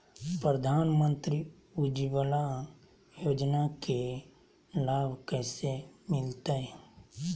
प्रधानमंत्री उज्वला योजना के लाभ कैसे मैलतैय?